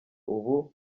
ubu